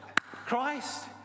Christ